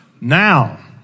Now